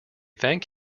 thank